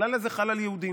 הכלל הזה חל על יהודים,